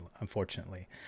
unfortunately